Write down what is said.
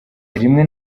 rimwe